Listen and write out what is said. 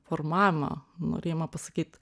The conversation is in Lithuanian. formavimą norėjimą pasakyt